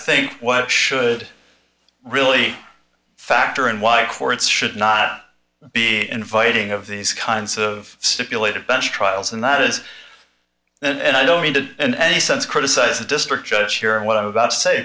think what should really factor in why courts should not be inviting of these kinds of stipulated bench trials and that is and i don't mean to in any sense criticize the district judge here and what i'm about to say